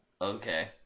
Okay